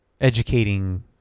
educating